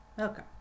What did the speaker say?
Okay